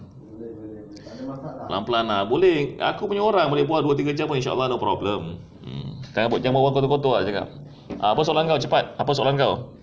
pelan-pelan boleh aku punya orang boleh bebual dua tiga jam inshaallah no problem mm jangan bebual kotor-kotor ah cakap apa soalan kau cepat apa soalan kau